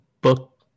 book